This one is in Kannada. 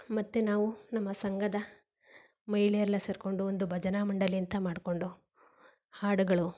ಮತ್ತು ನಾವು ನಮ್ಮ ಸಂಘದ ಮಹಿಳೆಯರೆಲ್ಲ ಸೇರ್ಕೊಂಡು ಒಂದು ಭಜನಾ ಮಂಡಳಿ ಅಂತ ಮಾಡಿಕೊಂಡು ಹಾಡುಗಳು